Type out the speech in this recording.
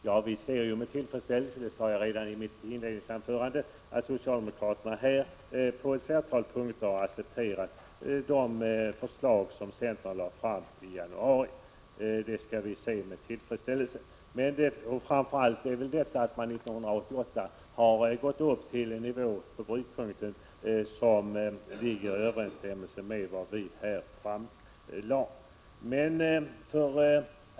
Jag anförde redan i mitt inledningsanförande att vi med tillfredsställelse ser att socialdemokraterna på ett flertal punkter har accepterat det förslag som centern lade fram i januari. Framför allt är det positivt att man för år 1988 har gått upp till en nivå för brytpunkten som överensstämmer med det förslag som vi har lagt fram.